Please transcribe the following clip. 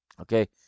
Okay